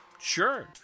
Sure